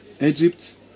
Egypt